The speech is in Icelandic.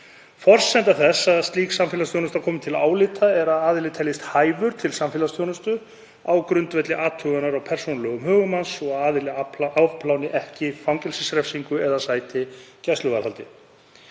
Forsenda þess að slík samfélagsþjónusta komi til álita er að aðili teljist hæfur til samfélagsþjónustu á grundvelli athugunar á persónulegum högum hans og að aðili afpláni ekki fangelsisrefsingu eða sæti gæsluvarðhaldi.